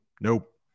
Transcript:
Nope